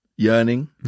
Yearning